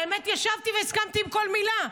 האמת, ישבתי והסכמתי לכל מילה.